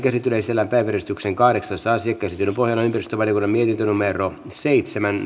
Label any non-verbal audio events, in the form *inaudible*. käsittelyyn esitellään päiväjärjestyksen kahdeksas asia käsittelyn pohjana on ympäristövaliokunnan mietintö seitsemän *unintelligible*